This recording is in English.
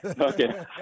Okay